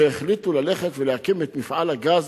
שהחליטו ללכת ולהקים את מפעל הגז